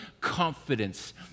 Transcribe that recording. confidence